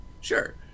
Sure